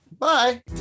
bye